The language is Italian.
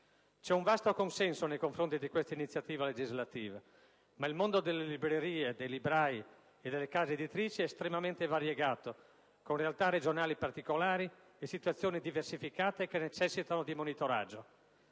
C'è un vasto consenso nei confronti di questa iniziativa legislativa, ma il mondo delle librerie, dei librai e delle case editrici è estremamente variegato con realtà regionali particolari e situazioni diversificate, che necessitano di monitoraggio.